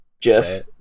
Jeff